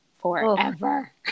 forever